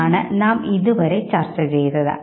എന്നാണ് നാം ഇതുവരെ ചർച്ച ചെയ്തത്